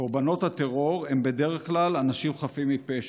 קורבנות הטרור הם בדרך כלל אנשים חפים מפשע.